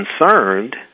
concerned